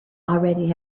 already